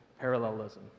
parallelism